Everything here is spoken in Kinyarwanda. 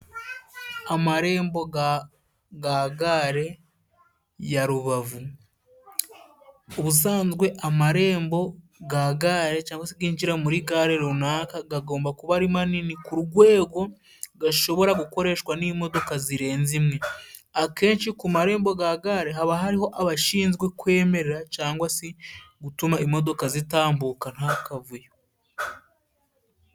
Amarembo ga gare ya Rubavu. Ubusanzwe amarembo ga gare cyangwa se ginjira muri gare runaka gagomba kuba ari manini ku rwego gashobora gukoreshwa n'imodoka zirenze imwe. Akenshi ku marembo ga gare haba hariho abashinzwe kwemera cyangwa se gutuma imodoka zitambuka nta kavuyo.